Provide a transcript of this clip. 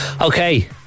Okay